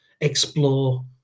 explore